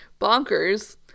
bonkers